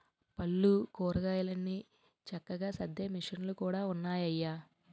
పళ్ళు, కూరగాయలన్ని చక్కగా సద్దే మిసన్లు కూడా ఉన్నాయయ్య